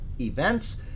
events